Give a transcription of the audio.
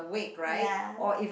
ya